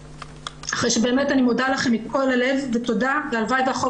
אחרי שאני באמת מודה לכם מכול הלב והלוואי שהחוק